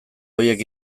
horiek